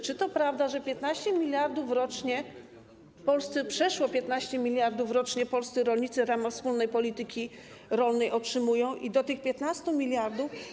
Czy to prawda, że 15 mld rocznie, przeszło 15 mld rocznie polscy rolnicy w ramach wspólnej polityki rolnej otrzymują i do tych 15 mld.